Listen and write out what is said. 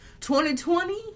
2020